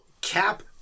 Cap